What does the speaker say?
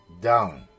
down